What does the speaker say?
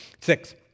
Six